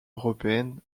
européenne